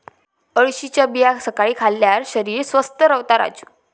अळशीच्या बिया सकाळी खाल्ल्यार शरीर स्वस्थ रव्हता राजू